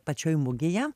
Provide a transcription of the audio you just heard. pačioj mugėje